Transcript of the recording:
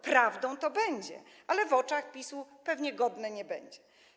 Prawdą to będzie, ale w oczach PiS-u pewnie godne nie będzie.